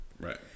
Right